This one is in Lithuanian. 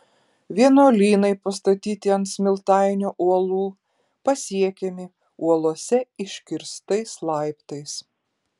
vienuolynai pastatyti ant smiltainio uolų pasiekiami uolose iškirstais laiptais